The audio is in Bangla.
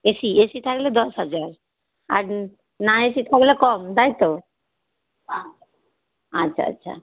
এ সি এ সি থাকলে দশ হাজার আর না এ সি থাকলে কম তাই তো আচ্ছা আচ্ছা